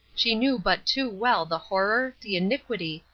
she knew but too well the horror, the iniquity,